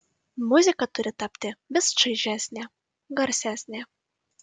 muzika turi tapti vis čaižesnė garsesnė